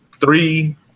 three